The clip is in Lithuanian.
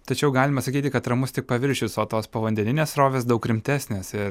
tačiau galime sakyti kad ramus tik paviršius o tos povandeninės srovės daug rimtesnės ir